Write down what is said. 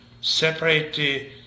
separate